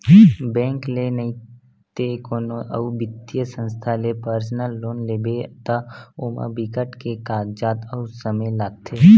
bank ले नइते कोनो अउ बित्तीय संस्था ले पर्सनल लोन लेबे त ओमा बिकट के कागजात अउ समे लागथे